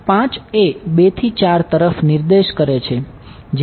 તેથી 5 એ 2 થી 4 તરફ નિર્દેશ કરે છે